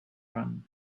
run